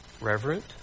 reverent